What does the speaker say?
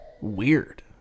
weird